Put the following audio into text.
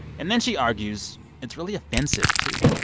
and then she argues it's really offensive, too.